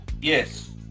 yes